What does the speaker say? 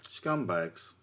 Scumbags